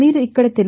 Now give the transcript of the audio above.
మీరు అక్కడ తెలుసు